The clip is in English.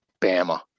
bama